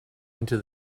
into